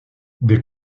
des